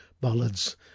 ballads